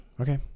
okay